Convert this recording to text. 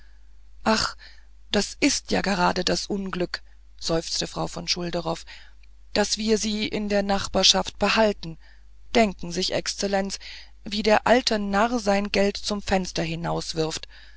ach das ist ja gerade das unglück seufzte frau von schulderoff daß wir sie in der nachbarschaft behalten denken sich exzellenz wie der alte narr sein geld zum fenster